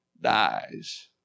dies